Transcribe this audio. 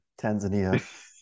Tanzania